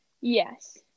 Yes